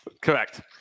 Correct